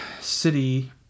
city